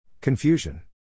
Confusion